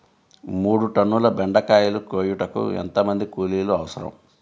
మూడు టన్నుల బెండకాయలు కోయుటకు ఎంత మంది కూలీలు అవసరం?